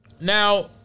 Now